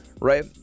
right